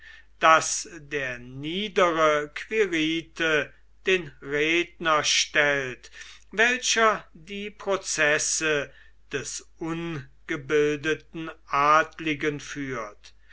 daß der niedere quirite den redner stellt welcher die prozesse des ungebildeten adligen führt